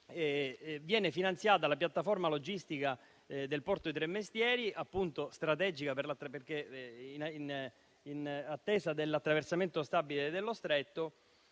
viene finanziata la piattaforma logistica del porto di Tremestieri, strategica perché, in attesa dell'attraversamento stabile dello Stretto,